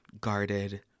guarded